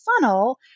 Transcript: funnel